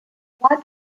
what